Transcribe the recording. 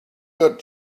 got